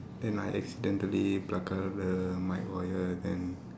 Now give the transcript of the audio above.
then I accidentally pluck out the mic wire then